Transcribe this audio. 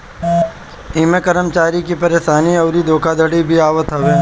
इमें कर्मचारी के परेशानी अउरी धोखाधड़ी भी आवत हवे